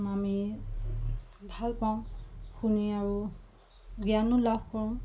আমি ভাল পাওঁ শুনি আৰু জ্ঞানো লাভ কৰোঁ